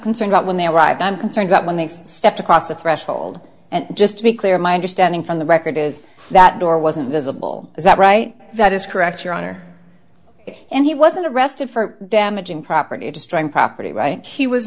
concerned about when they arrive i'm concerned about when they stepped across the threshold and just to be clear my understanding from the record is that door wasn't visible is that right that is correct your honor and he wasn't arrested for damaging property destroying property right he was